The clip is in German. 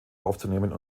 aufzunehmen